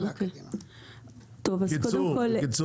בקיצור, בקיצור.